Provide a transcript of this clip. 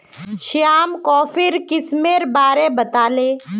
श्याम कॉफीर किस्मेर बारे बताले